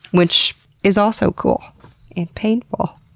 which is also cool and painful,